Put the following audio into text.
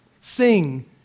Sing